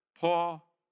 Paul